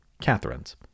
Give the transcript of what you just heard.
Catherine's